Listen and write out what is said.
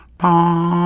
bom